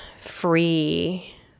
free